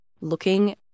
Looking